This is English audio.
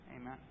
Amen